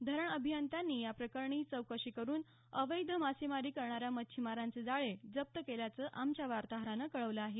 धरण अभियंत्यांनी या प्रकरणी चौकशी करून अवैध मासेमारी करणाऱ्या मच्छीमारांचे जाळे जप्त केल्याचं आमच्या वार्ताहरानं कळवलं आहे